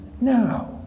now